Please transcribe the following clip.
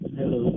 Hello